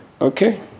Okay